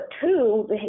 two